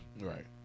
Right